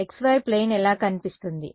xy plane ఎలా కనిపిస్తుంది